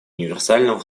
универсального